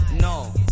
no